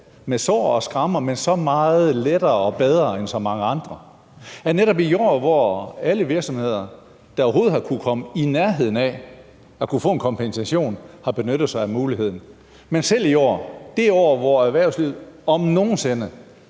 med sår og skrammer, men så meget lettere og bedre end så mange andre, og netop i år, hvor alle virksomheder, der overhovedet har kunnet komme i nærheden af at få en kompensation, har benyttet sig af muligheden. Men selv i år, det år, hvor erhvervslivet om nogen sinde